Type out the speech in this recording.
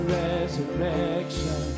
resurrection